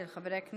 של חבר הכנסת